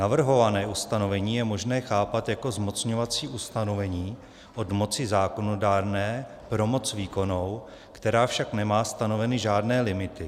Navrhované ustanovení je možné chápat jako zmocňovací ustanovení od moci zákonodárné pro moc výkonnou, která však nemá stanoveny žádné limity.